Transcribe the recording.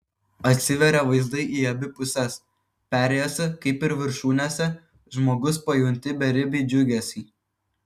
atsiveria vaizdai į abi puses perėjose kaip ir viršūnėse žmogus pajunti beribį džiugesį